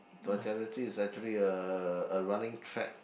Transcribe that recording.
Vitality is actually a a running track